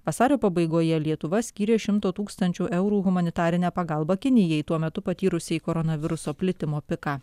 vasario pabaigoje lietuva skyrė šimto tūkstančių eurų humanitarinę pagalbą kinijai tuo metu patyrusiai koronaviruso plitimo piką